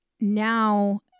now